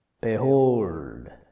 Behold